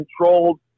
controlled